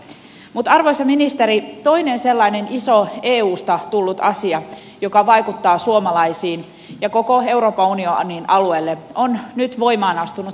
mutta arvoisa ministeri toinen sellainen iso eusta tullut asia joka vaikuttaa suomalaisiin ja koko euroopan unionin alueella on nyt voimaan astunut potilasdirektiivi